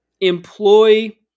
employ